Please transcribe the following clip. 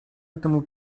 этому